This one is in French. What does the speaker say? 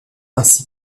ainsi